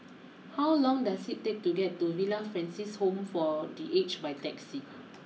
how long does it take to get to Villa Francis Home for the Aged by taxi